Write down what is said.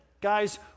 guys